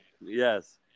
Yes